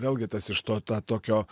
vėlgi tas iš to tą tokio